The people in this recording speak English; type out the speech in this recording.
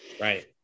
Right